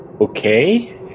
Okay